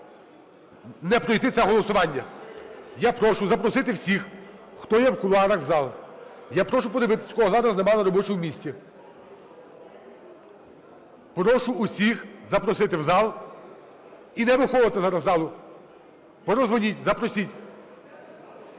не пройти це голосування. Я прошу запросити всіх, хто є в кулуарах, у зал. Я прошу подивитись, кого зараз немає на робочому місці. Прошу усіх запросити в зал і не виходити зараз із залу. Передзвоніть, запросіть.